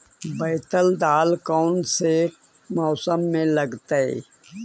बैतल दाल कौन से मौसम में लगतैई?